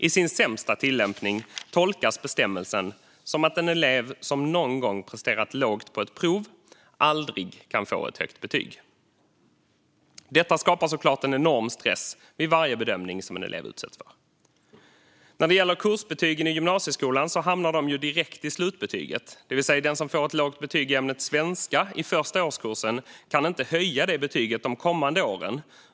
I sin sämsta tillämpning tolkas bestämmelsen som att en elev som någon gång har presterat lågt på ett prov aldrig kan få ett högt betyg. Detta skapar såklart en enorm stress vid varje bedömning som en elev utsätts för. När det gäller kursbetygen i gymnasieskolan hamnar de direkt i slutbetyget, det vill säga att den som får ett lågt betyg i ämnet svenska i den första årskursen inte kan höja betyget de kommande åren.